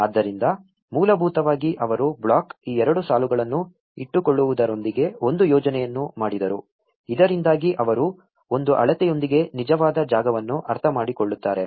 ಆದ್ದರಿಂದ ಮೂಲಭೂತವಾಗಿ ಅವರು ಬ್ಲಾಕ್ನ ಈ ಎರಡು ಸಾಲುಗಳನ್ನು ಇಟ್ಟುಕೊಳ್ಳುವುದರೊಂದಿಗೆ ಒಂದು ಯೋಜನೆಯನ್ನು ಮಾಡಿದರು ಇದರಿಂದಾಗಿ ಅವರು ಒಂದು ಅಳತೆಯೊಂದಿಗೆ ನಿಜವಾದ ಜಾಗವನ್ನು ಅರ್ಥಮಾಡಿಕೊಳ್ಳುತ್ತಾರೆ